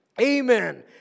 Amen